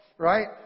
Right